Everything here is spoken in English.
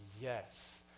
Yes